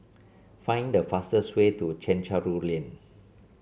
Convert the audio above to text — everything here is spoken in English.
find the fastest way to Chencharu Lane